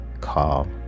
calm